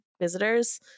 visitors